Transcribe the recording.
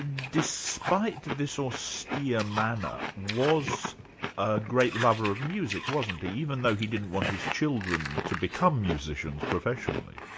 despite this austere manner, was a great lover of music, wasn't he, even though he didn't want his children to become musicians professionally?